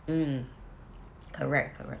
mm correct correct